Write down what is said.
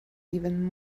even